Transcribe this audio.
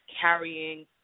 carrying